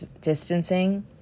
distancing